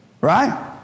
Right